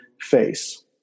face